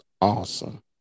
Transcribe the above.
awesome